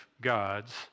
God's